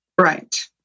Right